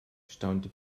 staunte